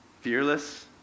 Fearless